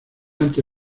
ante